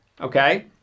Okay